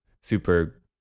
super